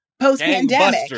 Post-pandemic